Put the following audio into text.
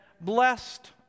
blessed